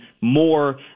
more